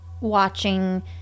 Watching